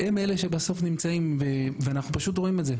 הם אלו שפשוט נמצאים, ואנחנו פשוט רואים את זה.